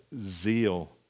zeal